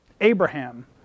Abraham